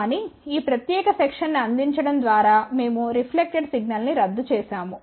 కానీ ఈ ప్రత్యేక సెక్షన్ ని అందించడం ద్వారా మేము రిఫ్లెక్టెడ్ సిగ్నల్ను రద్దు చేసాము